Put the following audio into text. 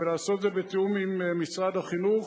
ולעשות את זה בתיאום עם משרד החינוך.